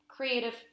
creative